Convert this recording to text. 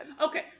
Okay